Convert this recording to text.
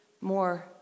more